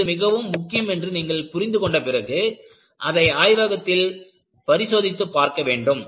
இது மிகவும் முக்கியம் என்று நீங்கள் புரிந்து கொண்ட பிறகு அதை ஆய்வகத்தில் பரிசோதித்துப் பார்க்கவேண்டும்